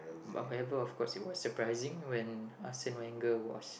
but however of course it was surprising when Arsene-Wenger was